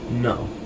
No